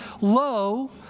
lo